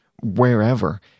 wherever